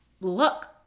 look